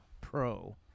pro